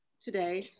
today